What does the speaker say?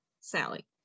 Sally